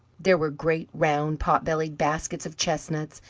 there were great, round, potbellied baskets of chestnuts,